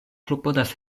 klopodas